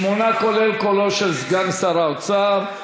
שמונה, כולל קולו של סגן שר האוצר,